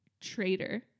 Traitor